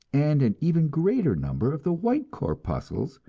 and an even greater number of the white corpuscles,